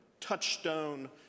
touchstone